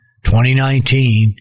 2019